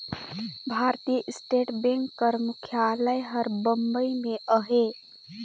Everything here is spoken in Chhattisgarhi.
भारतीय स्टेट बेंक कर मुख्यालय हर बंबई में अहे